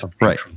right